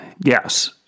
Yes